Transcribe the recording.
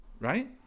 right